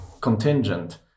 contingent